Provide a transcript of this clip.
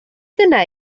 dyna